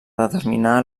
determinar